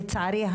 לצערי,